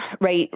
right